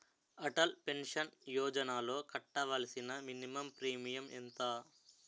Atal pension యోజనలో కట్టవలసిన minimum premium ఎంత?